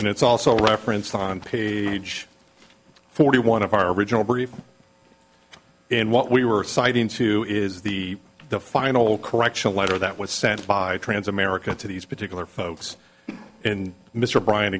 and it's also referenced on page forty one of our original brief and what we were citing to is the the final correction letter that was sent by trans america to these particular folks in mr bryant